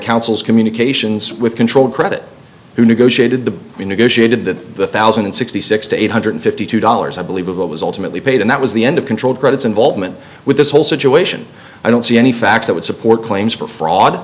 counsel's communications with control credit who negotiated the we negotiated the thousand and sixty six to eight hundred fifty two dollars i believe i was ultimately paid and that was the end of controlled credits involvement with this whole situation i don't see any facts that would support claims for fraud